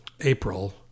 April